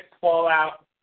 fallout